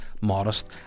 modest